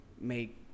make